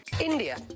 India